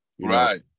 right